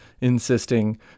insisting